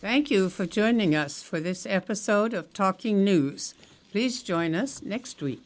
thank you for joining us for this episode of talking news please join us next week